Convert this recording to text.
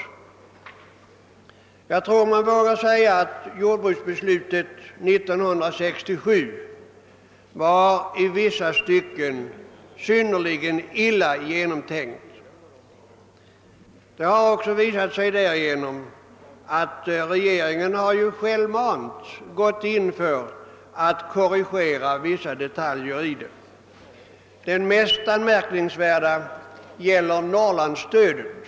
Jag tror mig våga säga att jordbruksbeslutet år 1967 i vissa stycken var syn nerligen illa genomtänkt. Detta har också kommit till synes därigenom att regeringen självmant har gått in för att korrigera vissa detaljer i det. Den mest anmärkningsvärda förändringen gäller Norrlandsstödet.